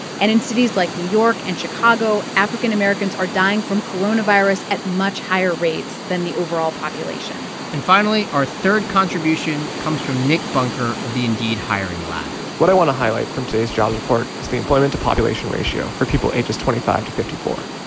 and in cities like new york and chicago, african americans are dying from coronavirus at much higher rates than the overall population and finally, our third contribution comes from nick bunker of the indeed hiring lab what i want to highlight from today's jobs report is the employment to population ratio for people ages twenty five to fifty four,